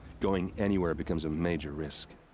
going anywhere becomes a major risk.